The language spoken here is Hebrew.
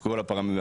כל הפרמטרים,